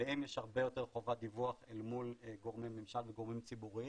עליהם יש הרבה יותר חובת דיווח אל מול גורמי ממשל וגורמים ציבוריים.